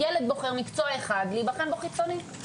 ילד בוחר מקצוע אחד להיבחן בו חיצונית,